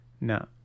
No